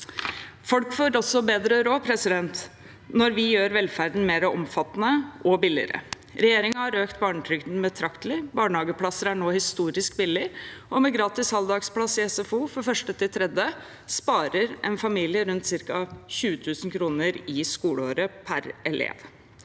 Folk får også bedre råd når vi gjør velferden mer omfattende og billigere. Regjeringen har økt barnetrygden betraktelig, barnehageplasser er nå historisk billig, og med gratis halvdagsplass i SFO fra 1. til 3. klasse sparer en familie rundt 20 000 kr i skoleåret per elev.